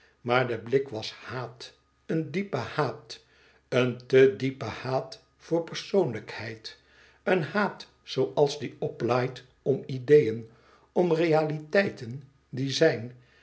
maar de blik was haat een diepe haat een te diepe haat voor persoonlijkheid een haat zooals oplaait om ideëen om realiteiten die zijn